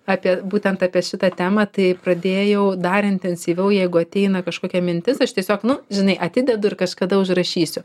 apie būtent apie šitą temą tai pradėjau dar intensyviau jeigu ateina kažkokia mintis aš tiesiog nu žinai atidedu ir kažkada užrašysiu